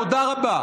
תודה רבה.